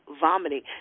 vomiting